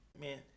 Man